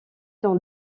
dans